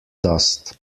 dust